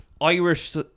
Irish